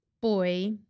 boy